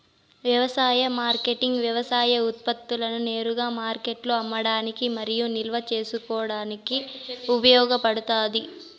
వ్యవసాయ మార్కెటింగ్ వ్యవసాయ ఉత్పత్తులను నేరుగా మార్కెట్లో అమ్మడానికి మరియు నిల్వ చేసుకోవడానికి ఉపయోగపడుతాది